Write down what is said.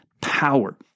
power